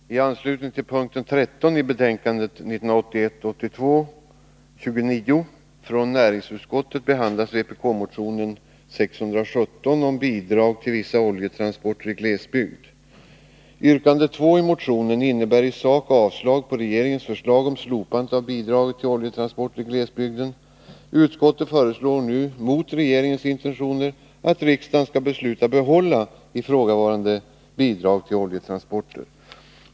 Herr talman! I anslutning till p. 13 i betänkandet 1981 82:617 om bidrag till vissa oljetransporter i glesbygd. Yrkande 2 i motionen gäller i sak avslag på regeringens förslag om slopande av bidraget till oljetransporter i glesbygden. Utskottet föreslår nu mot regeringens intentioner att riksdagen skall besluta behålla ifrågavarande bidrag till oljetransporter.